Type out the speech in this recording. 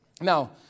Now